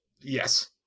Yes